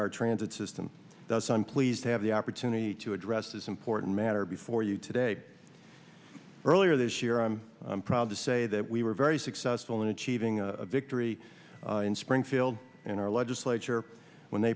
our transit system doesn't please to have the opportunity to address this important matter before you today earlier this year i'm proud to say that we were very successful in achieving a victory in springfield in our legislature when they